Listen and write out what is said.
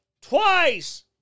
twice